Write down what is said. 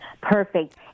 Perfect